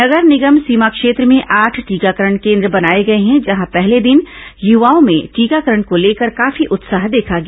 नगर निगम सीमा क्षेत्र में आठ टीकाकरण केन्द्र बनाए गए हैं जहां पहले दिन यूवाओं में टीकाकरण को लेकर काफी उत्साह देखा गया